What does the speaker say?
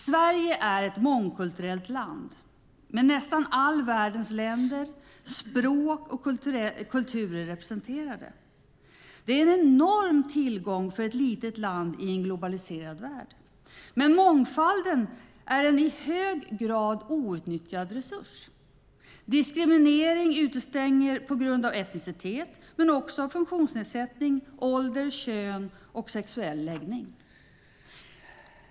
Sverige är ett mångkulturellt land, med nästan all världens länder, språk och kulturer representerade. Det är en enorm tillgång för ett litet land i en globaliserad värld. Men mångfalden är en i hög grad outnyttjad resurs. Diskriminering utestänger på grund av etnicitet, men också funktionsnedsättning, ålder, kön och sexuell läggning.